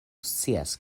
scias